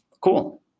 Cool